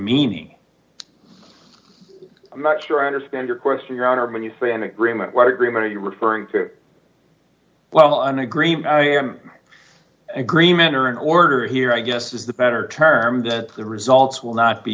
meaning i'm not sure i understand your question your honor when you say an agreement what agreement are you referring to well an agreement agreement or an order here i guess is the better term that the results will not be